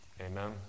Amen